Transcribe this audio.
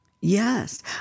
yes